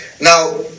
Now